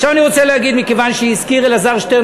עכשיו אני רוצה להגיד: מכיוון שהזכיר אלעזר שטרן,